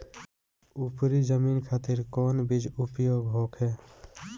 उपरी जमीन खातिर कौन बीज उपयोग होखे?